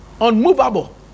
unmovable